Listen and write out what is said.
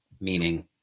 meaning